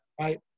Right